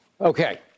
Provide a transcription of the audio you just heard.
Okay